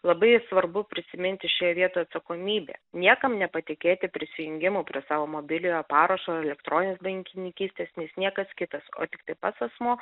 labai svarbu prisiminti šioje vietoje atsakomybę niekam nepatikėti prisijungimo prie savo mobiliojo parašo elektroninės bankininkystės nes niekas kitas o tiktai pats asmuo